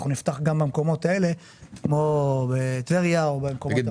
אנחנו נפתח גם במקומות האלה כמו בטבריה לדוגמה.